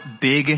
big